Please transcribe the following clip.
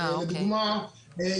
לדוגמה,